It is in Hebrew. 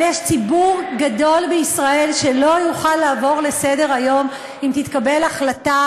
אבל יש ציבור גדול בישראל שלא יוכל לעבור לסדר-היום אם תתקבל החלטה